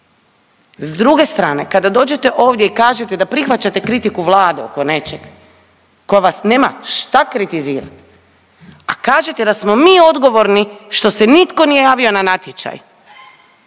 S druge strane kada dođete ovdje i kažete da prihvaćate kritiku Vlade oko nečeg ko vas nema šta kritizirat, a kažete da smo mi odgovorni što se nitko nije javio na natječaj